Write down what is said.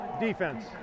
defense